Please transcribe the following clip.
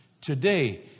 today